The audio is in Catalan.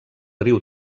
riu